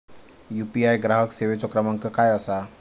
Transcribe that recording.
UPI ग्राहक सेवेचो क्रमांक काय असा?